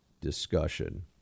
discussion